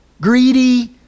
Greedy